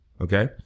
Okay